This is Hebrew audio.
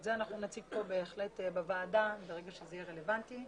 את זה אנחנו נציג כאן בפני הוועדה ברגע שזה יהיה רלוונטי.